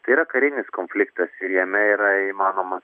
tai yra karinis konfliktas ir jame yra įmanomas